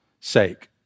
sake